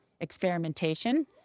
experimentation